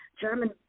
German